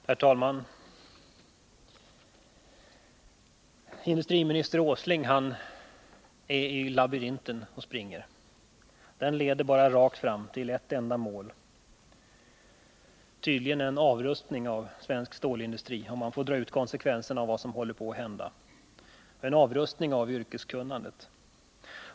Herr talman! Industriminister Åsling är inne i labyrinten och springer. Den leder bara fram till ett enda mål. Tydligen är det målet en avrustning av svensk industri, om man får dra ut konsekvenserna av vad som håller på att hända. Det är också fråga om en avrustning av yrkeskunnandet.